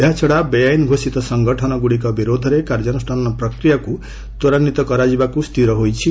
ଏହାଛଡା ବେଆଇନ୍ ଘୋଷିତ ସଂଗଠନ ଗୁଡ଼ିକ ବିରୋଧରେ କାର୍ଯ୍ୟାନୁଷ୍ଠାନ ପ୍ରକ୍ରିୟାକୁ ତ୍ୱରାନ୍ୱିତ କରାଯିବାକୁ ନିଷ୍ପଭି ହୋଇଛି